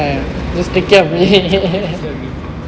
take care of me